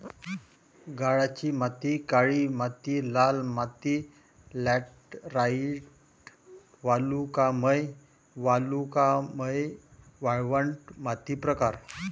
गाळाची माती काळी माती लाल माती लॅटराइट वालुकामय वालुकामय वाळवंट माती प्रकार